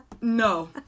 No